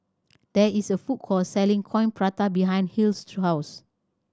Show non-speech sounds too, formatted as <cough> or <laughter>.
there is a food court selling Coin Prata behind Hill's <unintelligible>